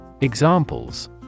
Examples